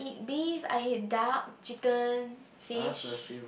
beef I eat duck chicken fish